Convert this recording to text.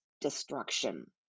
destruction